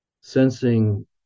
sensing